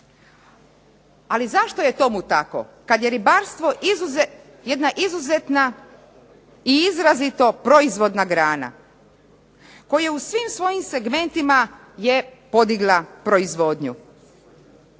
Ali zašto je tomu tako kad je ribarstvo jedna izuzetna i izrazito proizvodna grana koja u svim svojim segmentima je podigla proizvodnju